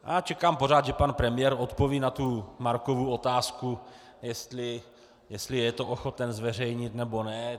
Já čekám pořád, že pan premiér odpoví na tu Markovu otázku, jestli je to ochoten zveřejnit, nebo ne.